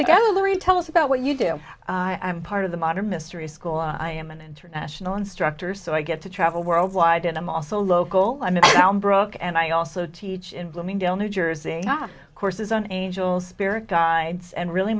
larry tell us about what you do i'm part of the modern mystery school i am an international instructor so i get to travel worldwide and i'm also local i mean brooke and i also teach in bloomingdale new jersey courses on angels spirit guides and really